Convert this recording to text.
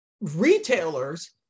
retailers